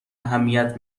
اهمیت